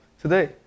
today